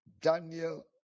Daniel